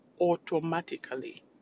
automatically